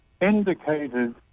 indicated